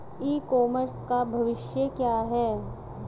E commerce का भविष्य क्या है?